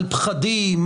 על פחדים,